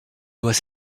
doigt